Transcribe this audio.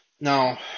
Now